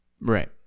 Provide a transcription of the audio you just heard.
Right